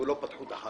ולא פתחו את החלון.